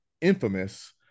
infamous